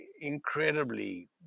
incredibly